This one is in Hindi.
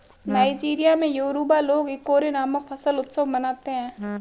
नाइजीरिया में योरूबा लोग इकोरे नामक फसल उत्सव मनाते हैं